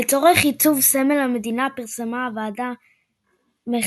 לצורך עיצוב סמל המדינה פרסמה הוועדה מכרז.